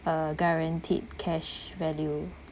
uh guaranteed cash value